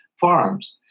farms